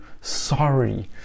sorry